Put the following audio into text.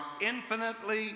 infinitely